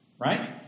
right